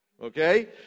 Okay